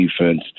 defense